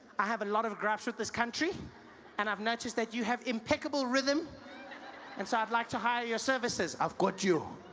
i have a lot of grudges with this country and i have noticed that you have impeccable rhythm and so i would like to hire your services. i got you